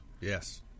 Yes